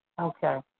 Okay